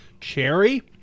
cherry